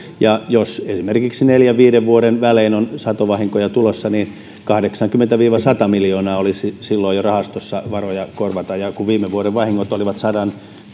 ja jos esimerkiksi neljän viiva viiden vuoden välein on satovahinkoja tulossa niin kahdeksankymmentä viiva sata miljoonaa olisi silloin jo rahastossa varoja korvata ja viime vuoden vahingot olivat sadan